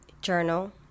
journal